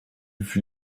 fut